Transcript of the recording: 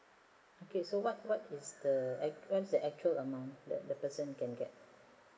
okay so what what what's the what's the actual amount that the person can get